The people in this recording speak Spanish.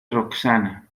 roxana